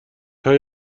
های